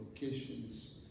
locations